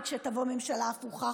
וכשתבוא ממשלה הפוכה,